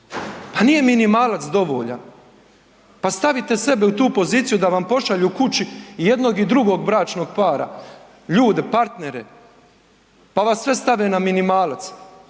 pa nije minimalac dovoljan, pa stavite sebe u tu poziciju da vam pošalju kući i jednog i drugog bračnog para, ljude partnere, pa vas sve stave na minimalac,